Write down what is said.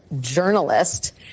journalist